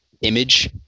image